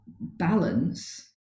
balance